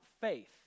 faith